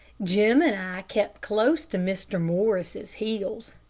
jim and i kept close to mr. morris's heels,